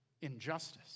injustice